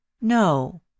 No